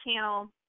channel